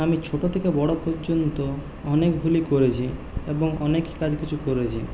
আমি ছোটো থেকে বড়ো পর্যন্ত অনেক ভুলই করেছি এবং অনেক কাজ কিছু করেছি